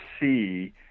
see